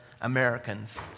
Americans